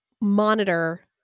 monitor